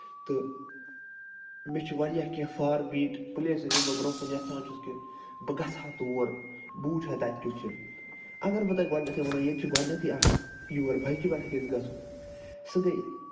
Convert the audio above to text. تہٕ مےٚ چھُ واریاہ کیٚنہہ فاربیٖٹ پٕلیسٕز یِم بہٕ برونہہ کُن یَژھان چھُس کہِ بہٕ گژھٕ ہا تور بہٕ وٕچھٕ ہا تَتہِ کیُتھ چھُ اَگر بہٕ تۄہہِ گۄڈٕتھٕے وَنو ییٚتہِ چھُ گۄڈٕنٮ۪تھٕے اکھ یور بایِکہِ پٮ۪ٹھ گژھو سُہ گٔے